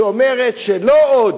שאומרת שלא עוד,